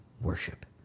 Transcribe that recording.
worship